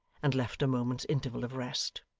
and left a moment's interval of rest.